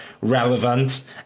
relevant